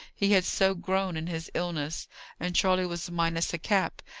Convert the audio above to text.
he had so grown in his illness and charley was minus a cap,